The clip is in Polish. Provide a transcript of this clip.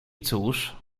cóż